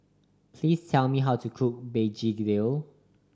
please tell me how to cook begedil